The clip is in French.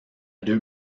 deux